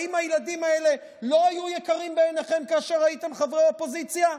האם הילדים האלה לא היו יקרים בעיניכם כאשר הייתם חברי אופוזיציה?